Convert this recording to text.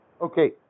Okay